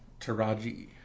taraji